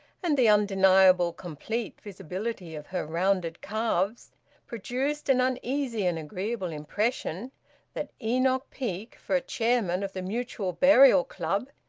and the undeniable complete visibility of her rounded calves produced an uneasy and agreeable impression that enoch peake, for a chairman of the mutual burial club,